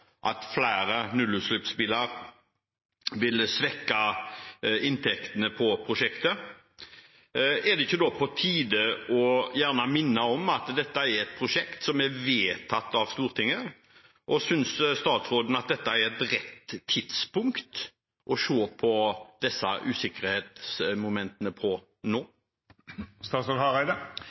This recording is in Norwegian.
at flere nullutslippsbiler vil svekke inntektene for prosjektet. Er det ikke da på tide gjerne å minne om at dette er et prosjekt som er vedtatt av Stortinget – og synes statsråden at det er rett tidspunkt å se på disse usikkerhetsmomentene nå?